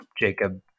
Jacob